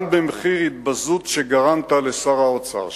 גם במחיר התבזות שגרמת לשר האוצר שלך.